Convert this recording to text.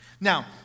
Now